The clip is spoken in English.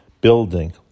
building